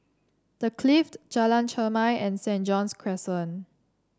The Clift Jalan Chermai and Saint John's Crescent